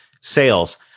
sales